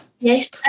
Yes